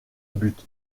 but